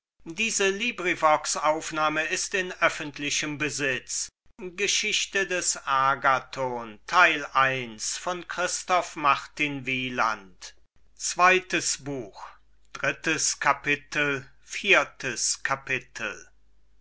geschichte des agathon von christoph martin wieland